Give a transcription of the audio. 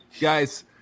guys